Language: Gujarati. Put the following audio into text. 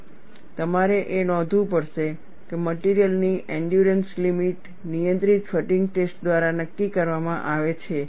અને તમારે એ નોંધવું પડશે કે મટિરિયલ ની એંડયૂરન્સ લિમિટ નિયંત્રિત ફટીગ ટેસ્ટ દ્વારા નક્કી કરવામાં આવે છે